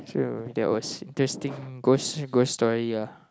so that was testing ghost ghost story ya